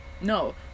No